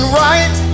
right